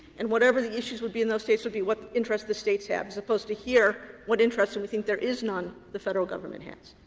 and whatever the issues would be in those states would be what interest the states have, as opposed to here, what interest and we think there is none the federal government has.